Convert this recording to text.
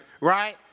right